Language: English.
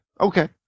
Okay